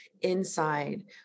inside